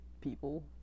people